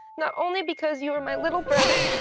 not only because you are my little brother,